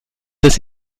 dass